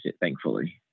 thankfully